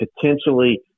potentially –